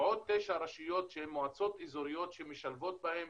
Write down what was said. ועוד תשע רשויות שהן מועצות אזוריות שמשולבים בהם